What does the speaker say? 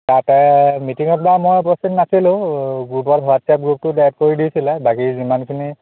তাতে মিটিঙত বাৰু মই উপস্থিত নাছিলোঁ গ্ৰুপত হোৱাটছ্এপ গ্ৰুপটোত এড কৰি দিছিলে বাকী যিমানখিনি